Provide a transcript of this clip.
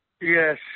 Yes